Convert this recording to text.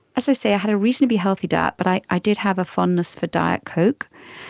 as i say, i had a reasonably healthy diet, but i i did have a fondness for diet coke,